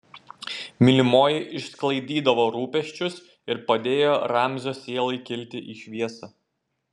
mylimoji išsklaidydavo rūpesčius ir padėjo ramzio sielai kilti į šviesą